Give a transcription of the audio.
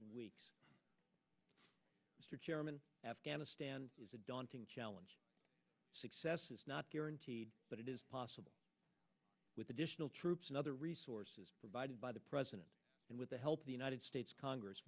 chairman afghanistan is a daunting challenge success is not guaranteed but it is possible with additional troops and other resources provided by the president and with the help the united states congress